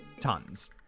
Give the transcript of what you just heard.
tons